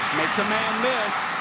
makes a man miss.